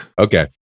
Okay